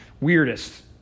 Weirdest